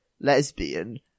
lesbian